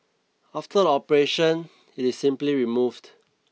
after the operation it is simply removed